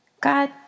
God